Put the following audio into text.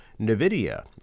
NVIDIA